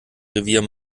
revier